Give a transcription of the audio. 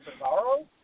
Cesaro